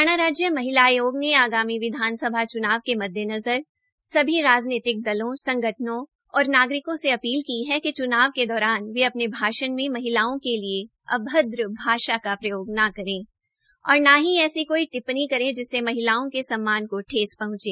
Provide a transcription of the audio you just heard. हरियाणा राज्य महिला आयोग ने आगामी विधानसभा च्नाव के मद्देनजर सभी राजनैतिक दलों संगठनों और नागरिकों से अपील की है कि चुनाव के दौरान वे अपने भाषण में महिलाओं के लिए अभद्र भाषा का प्रयोग ना करें और न ही ऐसी कोई टिप्पणी करे जिससे महिलाओं के सम्मान को ठेस पहुंचे